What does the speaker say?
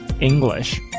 English